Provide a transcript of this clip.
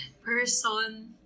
person